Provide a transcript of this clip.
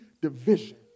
division